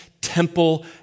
temple